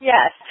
Yes